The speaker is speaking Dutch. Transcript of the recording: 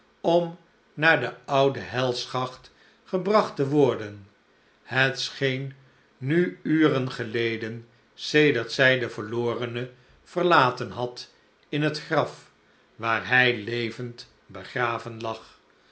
om naar de oude helschacht gebracht te worden het scheen nu uren geleden sedert zij den verlorene verlaten had in het graf waar hij levend begraven lag